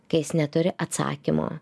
kai jis neturi atsakymo